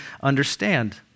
understand